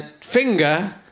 finger